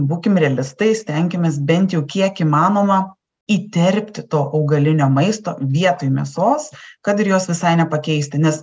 būkim realistai stenkimės bent jau kiek įmanoma įterpti to augalinio maisto vietoj mėsos kad ir jos visai nepakeisti nes